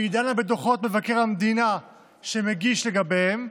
והיא דנה בדוחות שמבקר המדינה מגיש לגביהם.